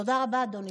תודה רבה, אדוני.